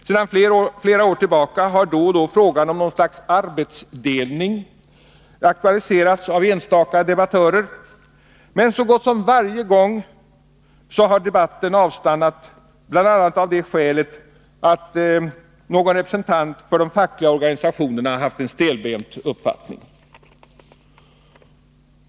Sedan flera år tillbaka har då och då frågan om något slags arbetsfördelning aktualiserats av enstaka debattörer. Men så gott som varje gång har debatten avstannat, bl.a. av det skälet att någon representant för de fackliga organisationerna haft en stelbent uppfattning.